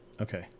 Okay